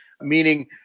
meaning